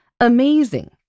Amazing